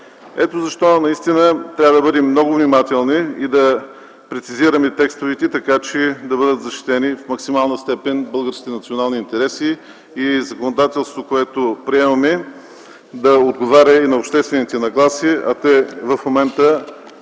Ето защо трябва да бъдем много внимателни и да прецизираме текстовете, така че да бъдат защитени в максимална степен българските национални интереси, и законодателството, което приемаме, да отговаря и на обществените нагласи, а в момента